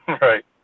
Right